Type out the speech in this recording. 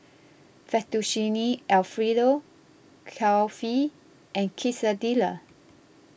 Fettuccine Alfredo Kulfi and Quesadillas